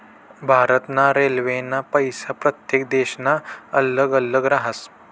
भारत ना रेल्वेना पैसा प्रत्येक देशना अल्लग अल्लग राहस